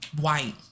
white